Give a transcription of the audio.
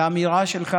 והאמירה שלך,